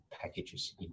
packages